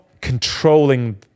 controlling